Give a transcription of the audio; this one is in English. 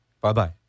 Bye-bye